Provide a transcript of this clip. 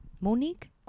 Monique